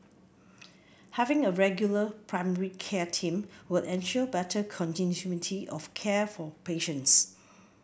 having a regular primary care team will ensure better continuity of care for patients